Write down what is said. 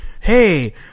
hey